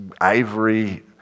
ivory